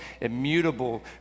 immutable